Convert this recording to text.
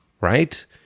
right